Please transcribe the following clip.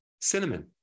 cinnamon